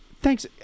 Thanks